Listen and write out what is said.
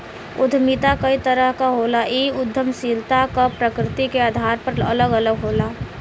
उद्यमिता कई तरह क होला इ उद्दमशीलता क प्रकृति के आधार पर अलग अलग होला